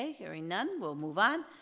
ah hearing none, we'll move on.